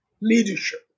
leadership